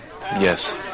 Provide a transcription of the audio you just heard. Yes